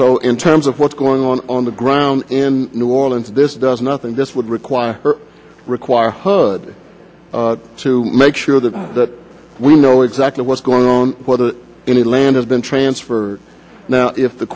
so in terms of what's going on on the ground in new orleans this does nothing this would require require hood to make sure that we know exactly what's going on in the land has been transfer now if the